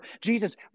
Jesus